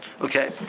Okay